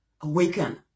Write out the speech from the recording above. awaken